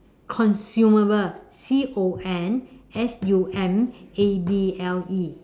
consumable C O N S U M A B L E